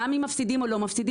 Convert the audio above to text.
גם אם מפסידים או לא מפסידים,